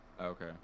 okay